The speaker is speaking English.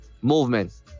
movement